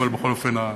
אבל בכל אופן,